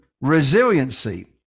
resiliency